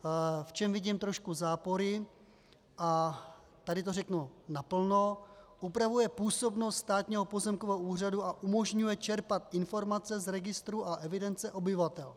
V čem vidím trošku zápory, a tady to řeknu naplno, upravuje působnost Státního pozemkového úřadu a umožňuje čerpat informace z registru a evidence obyvatel.